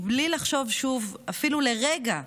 ובלי לחשוב שוב אפילו לרגע,